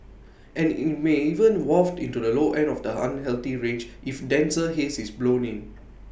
and IT may even waft into the low end of the unhealthy range if denser haze is blown in